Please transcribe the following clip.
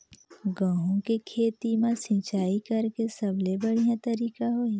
गंहू के खेती मां सिंचाई करेके सबले बढ़िया तरीका होही?